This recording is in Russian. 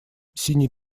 синий